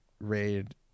raid